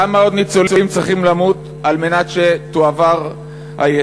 כמה עוד ניצולים צריכים למות על מנת שתועבר היתרה?